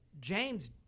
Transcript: James